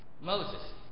Moses